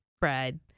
bread